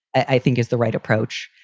i think is the right approach.